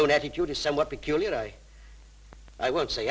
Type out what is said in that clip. own attitude is somewhat peculiar i i won't say